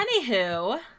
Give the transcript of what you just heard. Anywho